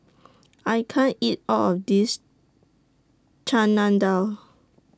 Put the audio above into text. I can't eat All of This Chana Dal